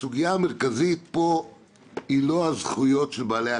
הסוגיה המרכזית פה היא לא הזכויות של בעלי הקרקע.